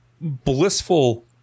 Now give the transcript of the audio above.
blissful